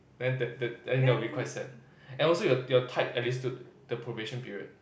then then then then that will be quite sad and also you you are tied at least to the probation period